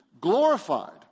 glorified